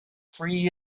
free